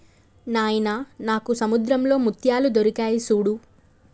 నాయిన నాకు సముద్రంలో ముత్యాలు దొరికాయి సూడు